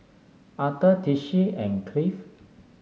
Authur Tishie and Cliff